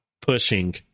pushing